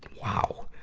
wow!